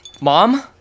Mom